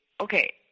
okay